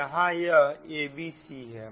तो यहां यह abc है